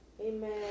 Amen